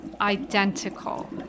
identical